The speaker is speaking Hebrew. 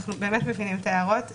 אנחנו באמת מבינים את ההערות .